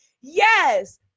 Yes